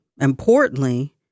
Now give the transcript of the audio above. importantly